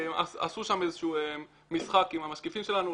עשו שם איזשהו משחק עם המשקיפים שלנו,